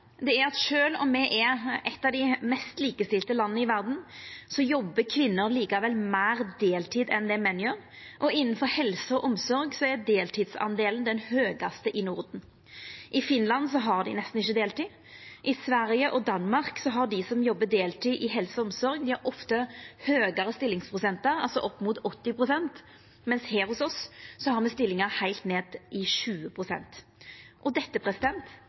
er at sjølv om me er eitt av dei mest likestilte landa i verda, jobbar kvinner likevel meir deltid enn det menn gjer, og innanfor helse og omsorg er deltidsdelen den høgaste i Norden. I Finland har dei nesten ikkje deltid, i Sverige og Danmark har dei som jobbar deltid i helse og omsorg, ofte høgare stillingsprosentar, altså opp mot 80 pst., mens her hos oss har me stillingar heilt nede i 20 pst. Dette